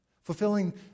fulfilling